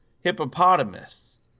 hippopotamus